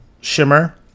shimmer